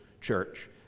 church